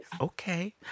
Okay